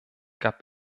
gab